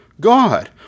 God